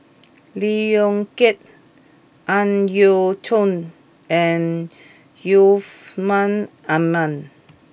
Lee Yong Kiat Ang Yau Choon and Yusman Aman